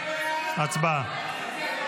הצבעה.